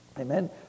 Amen